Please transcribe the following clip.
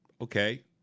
okay